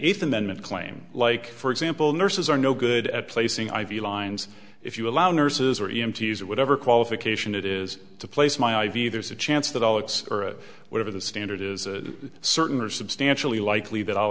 eighth amendment claim like for example nurses are no good at placing i v lines if you allow nurses or mts or whatever qualification it is to place my i v there's a chance that alex or whatever the standard is a certain are substantially likely that all